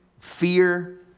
fear